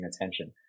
attention